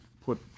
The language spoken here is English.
put